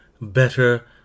better